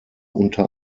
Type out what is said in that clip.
unter